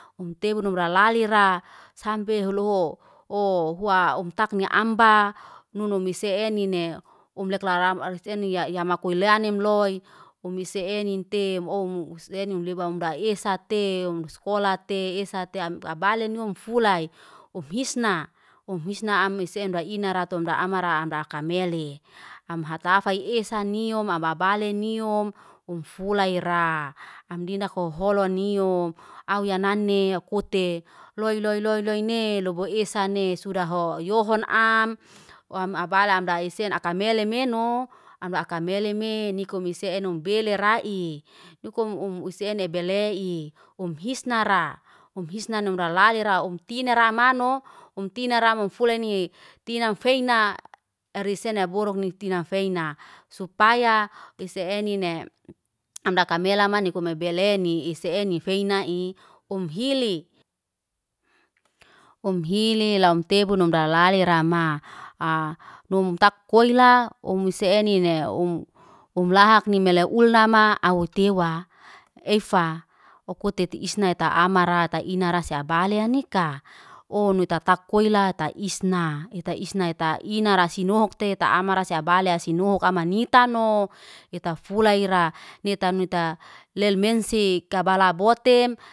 Um tebu num lalaria, sampe hulho ow hua omtakni amba nunumisi enine, umlekra ram er seniya yamakulanem loy. Hum misie tew umloy hum misienete um ouw senin leba amra esa te, skola te esa te am abalinum fula hum hisna. Hum hisna am isen raim raton ra amara kamele. Ham hatafai esa nium, ababale nium, hum fulai ra. Am dindak hoho loy niaum, auyanane akute loy loy loy loyne lobo esa ne suda ho. Yohon hon am hum abalan mda isane akamelemeno. Amra akameleme niko mise enum belirai. Yoku um usene belei, um hisnara. Um isna um lalara um tinara amano, hum tinara amfulai ni. Tina feina arisena borokni tina feina, supaya ise enene. amraka melama nikume beleni isene feinai um hili. Um hili um tebunum um lalara ma, num tak koila umusu enine. Um umlahakni mele ulnama au tewa, efa akute te isnai ta amara ta inara seabali nikaa, ow nu tatak koila taisna, ita isna ita inara sinohokte ta amara siabalia sinohok amanitano, letfulaira. Neta neta lelmensi kabala botem.